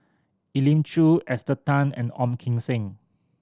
Elim Chew Esther Tan and Ong Kim Seng